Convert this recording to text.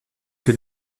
que